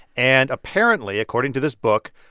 and apparently, according to this book,